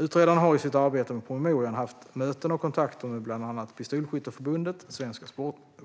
Utredaren har i sitt arbete med promemorian haft möten och kontakter med bland annat Pistolskytteförbundet, Svenska